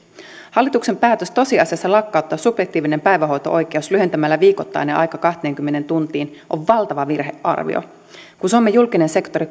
hallituksen päätös tosiasiassa lakkauttaa subjektiivinen päivähoito oikeus lyhentämällä viikoittainen aika kahteenkymmeneen tuntiin on valtava virhearvio kun suomen julkinen sektori